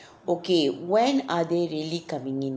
okay when are they really coming in